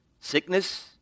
Sickness